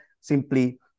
simply